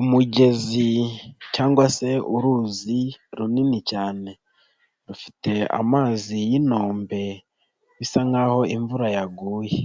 Umugezi cyangwa se uruzi runini cyane, rufite amazi y'inombe bisa nk'aho imvura yaguye,